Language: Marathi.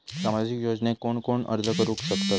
सामाजिक योजनेक कोण कोण अर्ज करू शकतत?